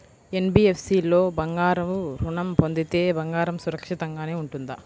NBFC లో బంగారు ఋణం పొందితే బంగారం సురక్షితంగానే ఉంటుందా?